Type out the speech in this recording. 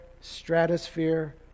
stratosphere